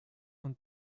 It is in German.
und